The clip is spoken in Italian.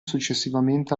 successivamente